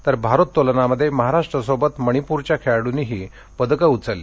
तर भारोत्तोलनात महाराष्ट्रासोबत मणिपुरच्या खेळाडूनीही पदक उचलली